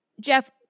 Jeff